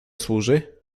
służy